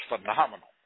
phenomenal